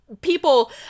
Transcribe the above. people